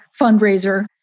fundraiser